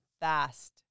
fast